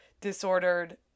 disordered